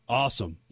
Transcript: awesome